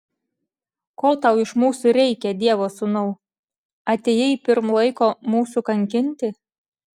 ko tau iš mūsų reikia dievo sūnau atėjai pirm laiko mūsų kankinti